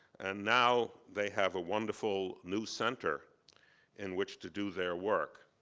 and now, they have a wonderful new center in which to do their work.